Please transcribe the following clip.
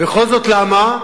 וכל זאת למה?